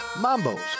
Mambo's